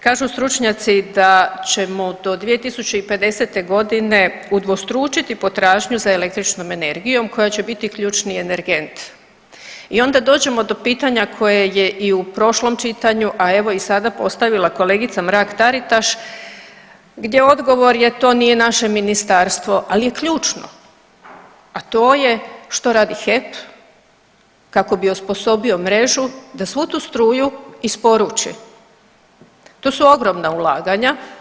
Kažu stručnjaci da ćemo do 2050.g. udvostručiti potražnju za električnom energijom koja će biti ključni energent i onda dođemo do pitanja koje je i u prošlom čitanju, a evo i sada postavila kolegica Mrak-Taritaš gdje odgovor je to nije naše ministarstvo, al je ključno, a to je što radi HEP kako bi osposobio mrežu da svu tu struju isporuči, to su ogromna ulaganja.